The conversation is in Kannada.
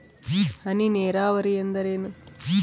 ಹನಿ ನೇರಾವರಿ ಎಂದರೇನು?